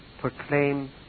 proclaim